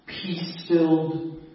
peace-filled